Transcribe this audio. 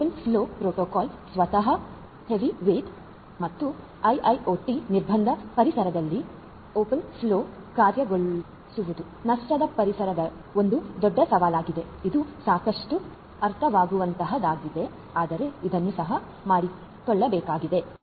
open flow protocol ಸ್ವತಃ ಹೆವಿವೇಯ್ಟ್ ಮತ್ತು ಐಐಒಟಿIIoT ನಿರ್ಬಂಧ ಪರಿಸರದಲ್ಲಿ ಓಪನ್ ಫ್ಲೋ ಕಾರ್ಯಗತಗೊಳಿಸುವುದು ನಷ್ಟದ ಪರಿಸರಗಳು ಒಂದು ದೊಡ್ಡ ಸವಾಲಾಗಿದೆ ಇದು ಸಾಕಷ್ಟು ಅರ್ಥವಾಗುವಂತಹದ್ದಾಗಿದೆ ಆದರೆ ಇದನ್ನು ಸಹ ಮಾಡಬೇಕಾಗಿದೆ